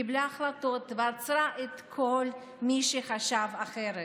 קיבלה החלטות ועצרה את כל מי שחשב אחרת.